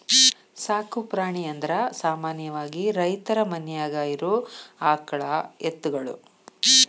ಸಾಕು ಪ್ರಾಣಿ ಅಂದರ ಸಾಮಾನ್ಯವಾಗಿ ರೈತರ ಮನ್ಯಾಗ ಇರು ಆಕಳ ಎತ್ತುಗಳು